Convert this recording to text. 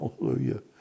Hallelujah